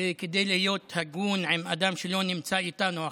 וכדי להיות הגון עם אדם שלא נמצא איתנו עכשיו,